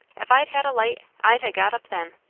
if i'd had a light i'd ha' got up then.